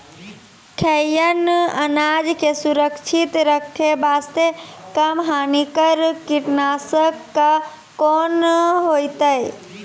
खैहियन अनाज के सुरक्षित रखे बास्ते, कम हानिकर कीटनासक कोंन होइतै?